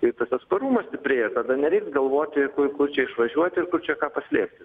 ir tas atsparumas stiprėja tada nereiks galvoti kur kur čia išvažiuoti ir kur čia ką paslėpti